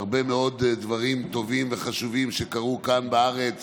הרבה מאוד דברים טובים וחשובים כאן בארץ